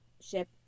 ship